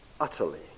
utterly